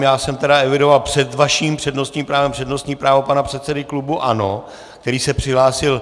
Já jsem tedy evidoval před vaším přednostním právem přednostní právo pana předsedy klubu ANO, který se přihlásil v 10.45.